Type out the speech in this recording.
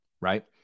right